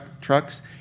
trucks